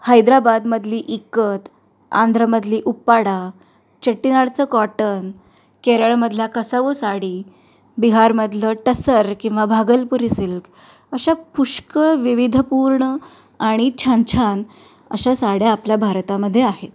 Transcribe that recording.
हैद्राबादमधली इकत आंध्रमधली उपाडा चट्टीनाडचं कॉटन केरळमधला कसावू साडी बिहारमधलं टसर किंवा भागलपुरी सिल्क अशा पुष्कळ विविधपूर्ण आणि छान छान अशा साड्या आपल्या भारतामध्ये आहेत